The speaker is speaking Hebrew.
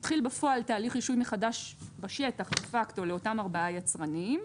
התחיל בפועל תהליך רישוי מחדש בשטח דה פקטו לאותם ארבעה יצרנים.